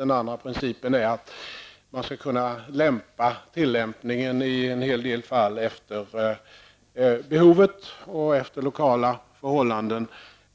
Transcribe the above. Den andra principen är att man i en hel del fall skall kunna rätta tillämpningen efter behovet och efter lokala förhållanden